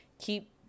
keep